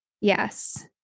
Yes